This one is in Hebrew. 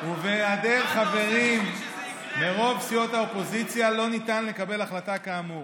ובהיעדר חברים מרוב סיעות האופוזיציה לא ניתן לקבל החלטה כאמור.